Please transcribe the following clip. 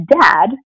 dad